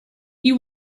you